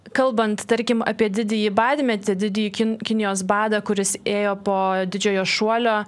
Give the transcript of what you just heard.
kalbant tarkim apie didįjį badmetį didįjį kin kinijos badą kuris ėjo po didžiojo šuolio